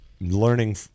learning